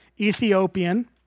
Ethiopian